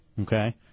Okay